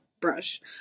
brush